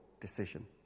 decision